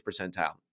percentile